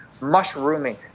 mushrooming